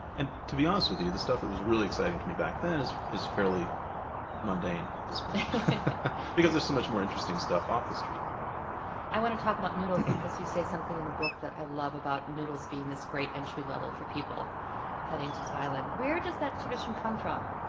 and to be honest with you, the stuff that was really exciting to me back then is is fairly mundane at this point because there's so much more interesting stuff off the street and i want to talk about noodles because you say something in the book that i love about noodles being this great entry level for people heading to thailand. where does that tradition come from?